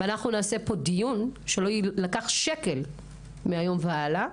נעשה פה דיון כדי שלא יילקח שקל על הניתוח מהיום והלאה.